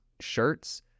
shirts